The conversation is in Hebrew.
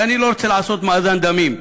ואני לא רוצה לעשות מאזן דמים: